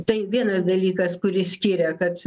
tai vienas dalykas kuris skiria kad